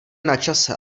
načase